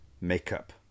makeup